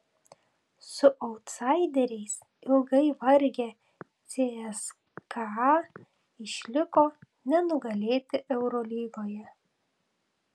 su autsaideriais ilgai vargę cska išliko nenugalėti eurolygoje